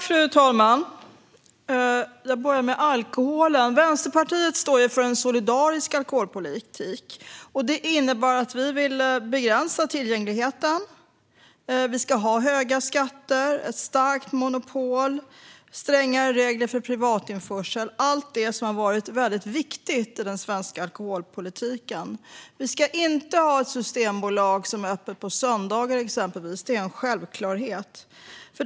Fru talman! Vänsterpartiet står för en solidarisk alkoholpolitik, vilket innebär att vi vill begränsa tillgängligheten. Vi ska ha höga skatter, ett starkt monopol och strängare regler för privatinförsel, det vill säga allt det som har varit väldigt viktigt i den svenska alkoholpolitiken. Vi ska inte ha ett systembolag som är öppet på söndagar, exempelvis; det är en självklarhet.